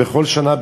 בכל שנה,